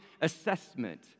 assessment